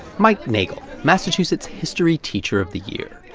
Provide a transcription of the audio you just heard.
mike neagle, massachusetts history teacher of the year,